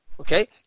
Okay